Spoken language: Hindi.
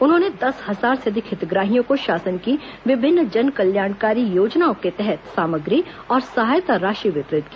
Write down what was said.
उन्होंने दस हजार से अधिक हितग्राहियों को शासन की विभिन्न जनकल्याणकारी योजनाओं के तहत सामाग्री और सहायता राशि वितरित की